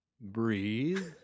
breathe